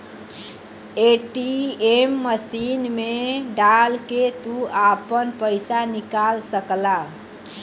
ATM machine मे डाल के तू आपन पइसा निकाल सकला